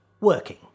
working